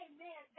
Amen